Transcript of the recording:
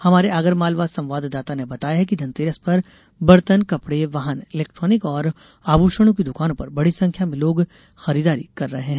हमारे आगरमालवा संवाददाता ने बताया है कि धनतेरस पर बर्तन कपड़े वाहन इलेक्ट्रॉनिक और आभूषणों की दुकानों पर बड़ी संख्या में लोग खरीदारी कर रहे हैं